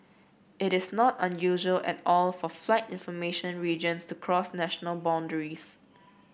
it is not unusual at all for flight information regions to cross national boundaries